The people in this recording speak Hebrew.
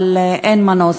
אבל אין מנוס,